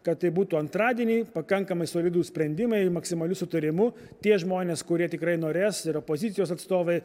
kad tai būtų antradienį pakankamai solidūs sprendimai maksimaliu sutarimu tie žmonės kurie tikrai norės ir opozicijos atstovai